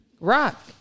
Rock